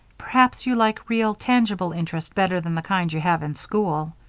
perhaps you like real, tangible interest better than the kind you have in school.